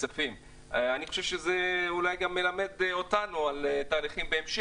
אני חושב שזה גם מלמד אותנו על תהליכים, בהמשך.